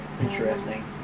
Interesting